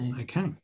Okay